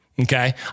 Okay